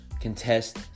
contest